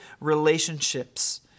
relationships